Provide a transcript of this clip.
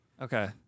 Okay